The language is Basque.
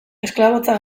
esklabotza